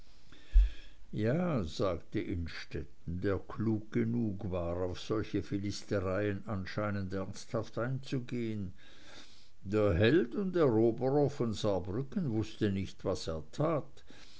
ja sagte innstetten der klug genug war auf solche philistereien anscheinend ernsthaft einzugehen der held und eroberer von saarbrücken wußte nicht was er tat